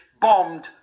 bombed